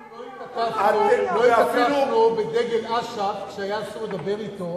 אנחנו לא התעטפנו בדגל אש"ף כשהיה אסור לדבר אתו